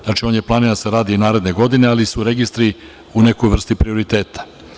Znači, on je planiran da se radi i naredne godine, ali su registri u nekoj vrsti prioriteta.